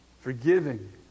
Forgiving